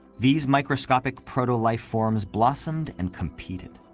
these microscopic proto-life forms blossomed and competed.